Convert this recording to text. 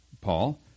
Paul